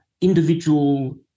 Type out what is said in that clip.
Individual